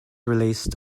released